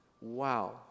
Wow